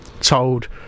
told